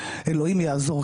אלוהים יעזור,